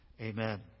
Amen